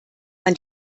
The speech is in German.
man